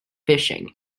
fishing